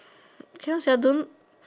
cannot sia don't